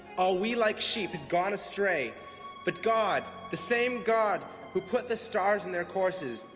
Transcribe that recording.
all we like sheep gone astray but god, the same god who put the stars in their courses,